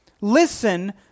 Listen